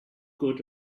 good